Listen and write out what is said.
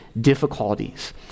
difficulties